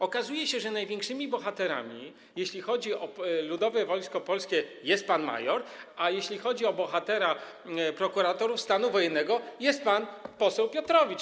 Okazuje się, że największymi bohaterami, jeśli chodzi o ludowe Wojsko Polskie, jest pan major, a jeśli chodzi o bohatera prokuratorów stanu wojennego, jest pan poseł Piotrowicz.